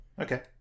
Okay